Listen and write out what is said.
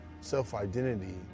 self-identity